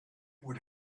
would